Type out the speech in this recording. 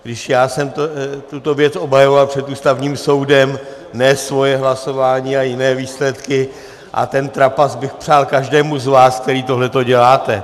Když já jsem tuto věc obhajoval před Ústavním soudem, ne svoje hlasování, ale jiné výsledky, a ten trapas bych přál každému z vás, kteří tohle děláte.